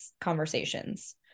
conversations